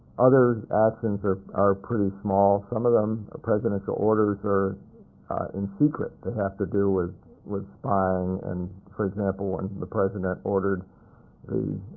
other actions are pretty small. some of them, presidential orders, are in secret. they have to do with with spying. and for example, when the president ordered the